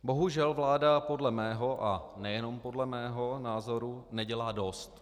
Bohužel vláda podle mého, a nejenom podle mého, názoru nedělá dost.